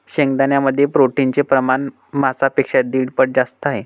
शेंगदाण्यांमध्ये प्रोटीनचे प्रमाण मांसापेक्षा दीड पट जास्त आहे